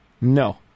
No